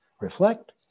Reflect